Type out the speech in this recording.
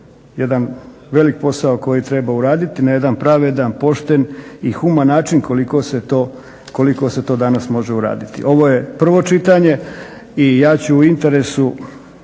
jedan velik posao koji treba uraditi na jedan pravedan, pošten i human način koliko se to, koliko se to danas može uraditi. Ovo je prvo čitanje. I ja ću u interesu